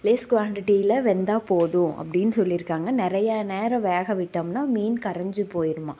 less குவான்டிட்டியில் வெந்தால் போதும் அப்படின் சொல்லியிருக்காங்க நிறையா நேரம் வேக விட்டோம்னா மீன் கரைஞ்சி போயிடுமா